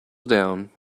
down